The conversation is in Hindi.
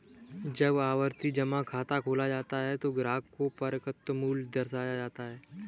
जब आवर्ती जमा खाता खोला जाता है तो ग्राहक को परिपक्वता मूल्य दर्शाया जाता है